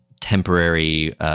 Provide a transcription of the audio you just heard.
temporary